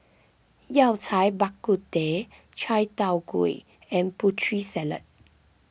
Yao Cai Bak Kut Teh Chai Tow Kway and Putri Salad